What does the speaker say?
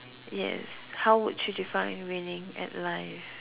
yes how would you define winning at life